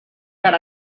per